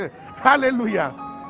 Hallelujah